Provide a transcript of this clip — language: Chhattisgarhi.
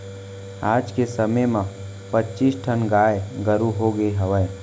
आज के समे म पच्चीस ठन गाय गरूवा होगे हवय